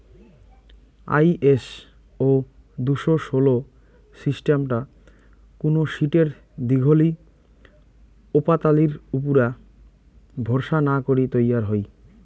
ISO দুশো ষোল সিস্টামটা কুনো শীটের দীঘলি ওপাতালির উপুরা ভরসা না করি তৈয়ার হই